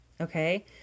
Okay